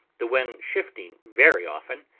the wind shifting very often,